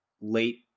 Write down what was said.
late